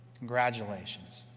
congratulations.